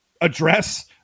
address